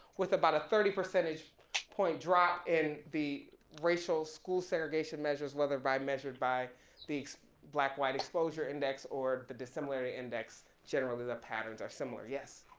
with about thirty percentage point drop in the racial school segregation measures whether by measured by the black, white exposure index or the dissimilarity index. generally the patterns are similar. yes.